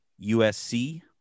USC